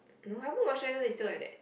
no I put moisturiser is still like that